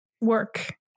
work